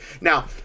now